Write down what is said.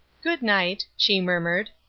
good night, she murmured.